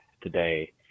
today